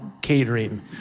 catering